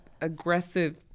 aggressive